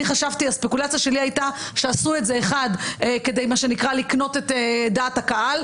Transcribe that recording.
הספקולציה שלי הייתה שעשו את זה כדי "לקנות את דעת הקהל",